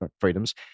freedoms